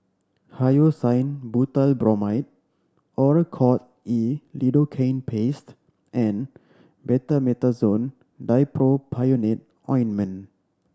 Hyoscine Butylbromide Oracort E Lidocaine Paste and Betamethasone Dipropionate Ointment